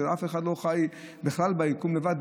אף אחד לא חי ביקום לבד,